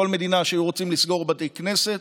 בכל מדינה שהיו רוצים לסגור בתי כנסת,